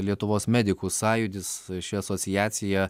lietuvos medikų sąjūdis ši asociacija